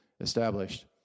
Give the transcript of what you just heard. established